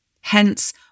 Hence